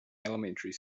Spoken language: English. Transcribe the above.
elementary